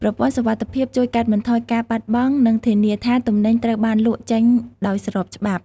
ប្រព័ន្ធសុវត្ថិភាពជួយកាត់បន្ថយការបាត់បង់ និងធានាថាទំនិញត្រូវបានលក់ចេញដោយស្របច្បាប់។